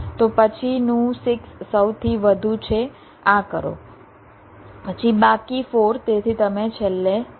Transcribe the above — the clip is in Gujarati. તો પછીનું 6 સૌથી વધુ છે આ કરો પછી બાકી 4 તેથી તમે છેલ્લે આ કરો